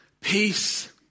Peace